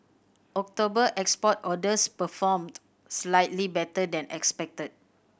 October export orders performed slightly better than expected